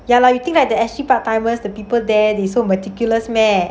ya lah you think that the actually part timers the people there they so meticulous meh